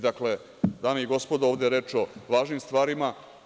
Dakle, dame i gospodo, ovde je reč o važnim stvarima.